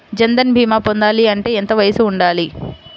జన్ధన్ భీమా పొందాలి అంటే ఎంత వయసు ఉండాలి?